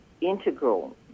integral